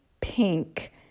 pink